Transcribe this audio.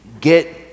get